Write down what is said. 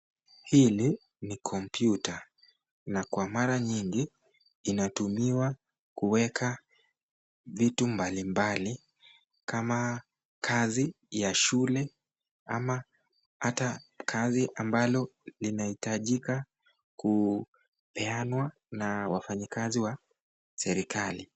Hii ni kompyuta na kwa mara nyingi inatumiwa kuweka vitu mbalimbali kama vitu ya shule ama hata kazi ambalo linahitajika kupeanwa na wafanyikazi wa serikali.